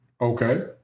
Okay